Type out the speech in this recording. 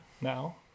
now